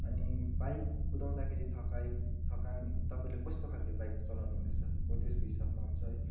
अनि बाइक कुदाउँदाखेरि थकाइ थकान तपाईँले कस्तो खालके बाइक चलाउनुहुन्छ हो त्यसको हिसाबमा हुन्छ है